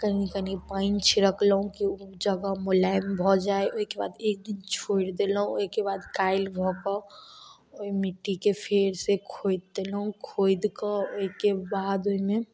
कनि कनि पानि छिड़कलहुँ कि ओइ जगह मुलायम भऽ जाइ ओइके बाद एक दिन छोड़ि देलहुँ ओइके बाद काल्हि भऽ कऽ ओइ मिटटीके फेरसँ खोदि देलहुँ खोदि के बाद ओइमे